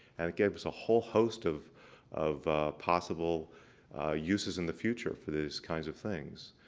and it gave us a whole host of of possible uses in the future for these kinds of things.